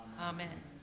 Amen